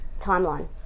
timeline